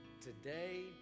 Today